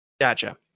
gotcha